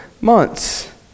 months